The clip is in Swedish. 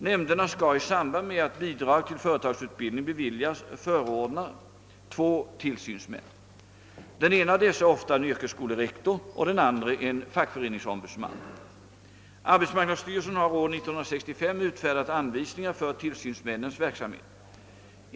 Nämnderna skall i samband med att bidrag till företagsutbildning beviljas förordna två tillsynsmän. Den ene av dessa är ofta en yrkesskolerektor och den andre en fackföreningsombudsman. Arbetsmarknadsstyrelsen har år 1965 utfärdat anvisningar för tillsynsmännens verksamhet.